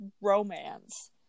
romance